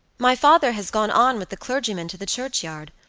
my father has gone on with the clergyman to the churchyard.